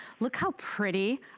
look how pretty.